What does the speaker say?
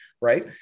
right